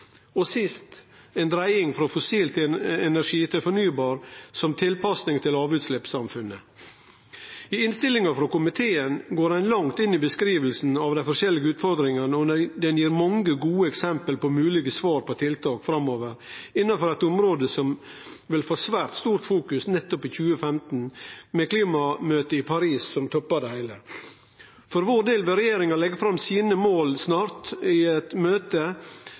og sist ei dreiing frå fossil energi til fornybar energi, som ei tilpassing til lavutsleppssamfunnet. I innstillinga frå komiteen går ein langt inn i beskrivinga av dei forskjellige utfordringane, og ho gir mange gode eksempel på moglege svar på tiltak framover, innanfor eit område som vil få eit svært stort fokus nettopp i 2015, med klimamøtet i Paris som toppar det heile. For vår del vil regjeringa leggje fram sine mål snart, i eit møte